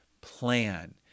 plan